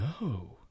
no